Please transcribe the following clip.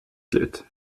slut